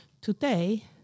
Today